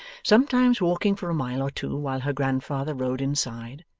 sometimes walking for a mile or two while her grandfather rode inside,